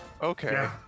Okay